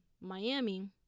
Miami